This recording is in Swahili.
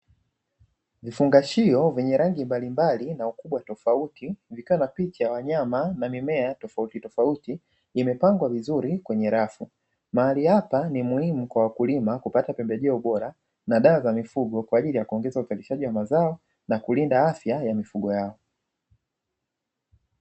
Vifungashio vyenye rangi mbalimbali na ukubwa tofauti vikiwa na picha ya wanyama na mimea tofautitofauti, imepangwa vizuri kwenye rafu. Mahali hapa ni muhimu kwa wakulima kupata pembejeo bora na dawa za mifugo kwa ajili ya kuongeza uzalishaji wa mazao na kulinda afya ya mifugo yao.